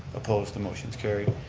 opposed, the motions carried.